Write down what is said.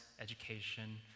education